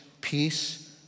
Peace